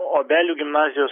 obelių gimnazijos